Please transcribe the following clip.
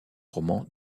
roman